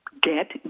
Get